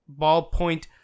Ballpoint